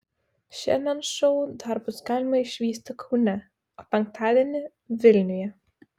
šiandien šou dar bus galima išvysti kaune o penktadienį vilniuje